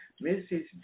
Mrs